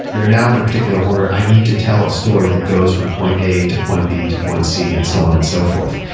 they're now in a particular order. i need to tell a story that goes from point a, to point b, to point c, and so on and so forth,